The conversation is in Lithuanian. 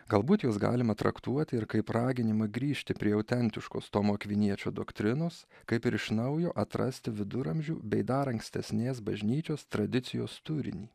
galbūt juos galima traktuoti ir kaip raginimą grįžti prie autentiškos tomo akviniečio doktrinos kaip ir iš naujo atrasti viduramžių bei dar ankstesnės bažnyčios tradicijos turinį